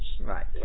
Right